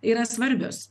yra svarbios